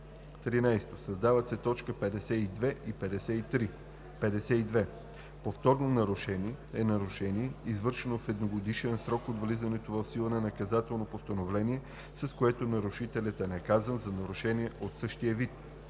13. Създават се т. 52 и 53: „52. „Повторно нарушение“ е нарушение, извършено в едногодишен срок от влизането в сила на наказателно постановление, с което нарушителят е наказан за нарушение от същия вид.